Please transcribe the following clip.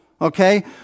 Okay